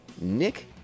Nick